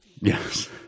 Yes